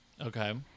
okay